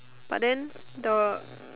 but then the